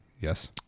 Yes